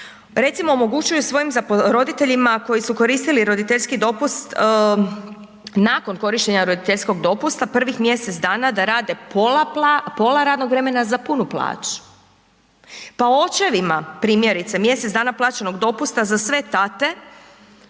recimo omogućuju svojim roditeljima koji su koristili roditeljski dopust nakon korištenja roditeljskog dopusta prvih mjesec dana da rade pola radnog vremena za punu plaću, pa očevima primjerice mjesec dana plaćenog dopusta za sve tate,